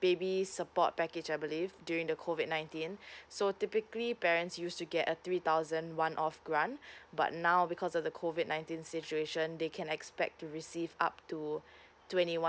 baby support package I believe during the COVID nineteen so typically parents used to get a three thousand one off grant but now because of the COVID nineteen situation they can expect to receive up to twenty one